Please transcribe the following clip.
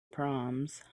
proms